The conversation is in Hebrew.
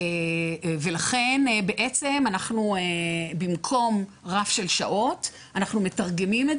לכן במקום רף של שעות אנחנו מתרגמים את